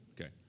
Okay